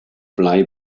blei